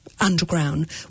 underground